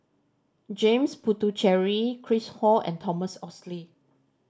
James Puthucheary Chris Ho and Thomas Oxley